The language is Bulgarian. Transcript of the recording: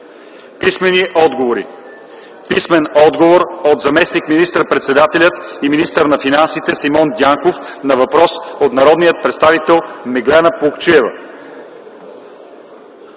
Писмени отговори. Писмен отговор от заместник министър-председателя и министър на финансите Симеон Дянков на въпрос от народния представител Меглена Плугчиева.